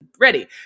ready